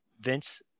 Vince